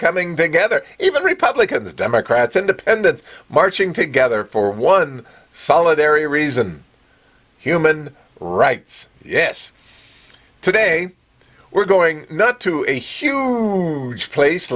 coming together even republicans democrats independents marching together for one solitary reason human rights yes today we're going not to a huge place